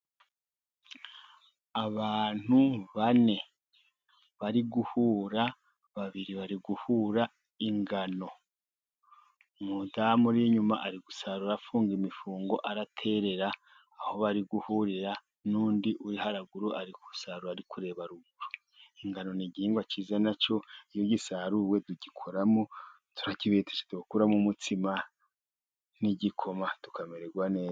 Abantu bane bari guhura, babiri bari guhura ingano, umudamu ur'inyuma ari gusarura afunga imifungo, araterera aho bari guhurira n'undi uri haruguru ari gusaruro ari kureba ruguru, ingano n'igihingwa cyiza nacyo iyo gisaruwe tugikoramo turakibetesha tugakuramo umutsima n'igikoma tukamererwa neza.